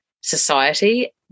society